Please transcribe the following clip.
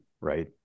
right